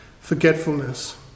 forgetfulness